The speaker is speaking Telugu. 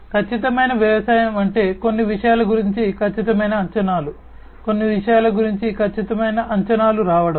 ఖచ్చితమైన వ్యవసాయం అంటే కొన్ని విషయాల గురించి ఖచ్చితమైన అంచనాలు కొన్ని విషయాల గురించి ఖచ్చితమైన అంచనాలు రావడం